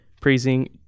praising